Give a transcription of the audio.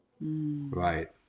Right